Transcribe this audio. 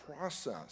process